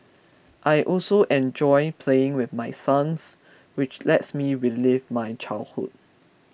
I also enjoy playing with my sons which lets me relive my childhood